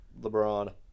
LeBron